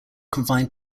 confined